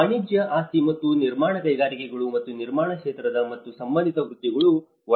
ವಾಣಿಜ್ಯ ಆಸ್ತಿ ಮತ್ತು ನಿರ್ಮಾಣ ಕೈಗಾರಿಕೆಗಳು ಮತ್ತು ನಿರ್ಮಾಣ ಕ್ಷೇತ್ರದ ಮತ್ತು ಸಂಬಂಧಿತ ವೃತ್ತಿಗಳು ಒಳಗೊಂಡಿದೆ